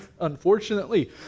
unfortunately